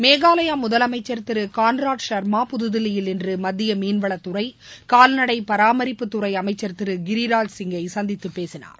மேகாலயா முதலமைச்சர் திரு கான்ராட் சர்மா புதுதில்லியில் இன்று மத்திய மீன்வளத்துறை கால்நடை பராமரிப்புத்துறை அமைச்சர் திரு கிரிராஜ்சிங்கை சந்தித்து பேசினார்